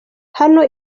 hano